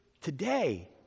today